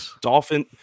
Dolphin